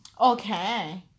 okay